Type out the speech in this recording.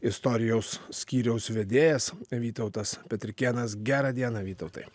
istorijos skyriaus vedėjas vytautas petrikėnas gerą dieną vytautai